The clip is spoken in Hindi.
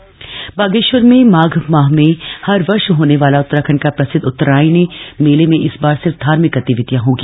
उत्तरायणी मेला बागेश्वर में माघ माह में हर वर्ष होने वाला उत्तराखंड का प्रसिद्ध ऐतिहासिक उत्तरायणी मेले में इस बार सिर्फ धार्मिक गतिविधियां होंगी